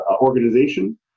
organization